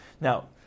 Now